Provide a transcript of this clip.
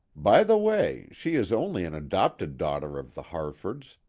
by the way, she is only an adopted daughter of the harfords.